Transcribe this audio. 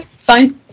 fine